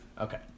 Okay